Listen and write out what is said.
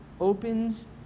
opens